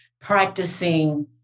practicing